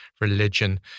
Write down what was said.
religion